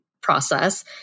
process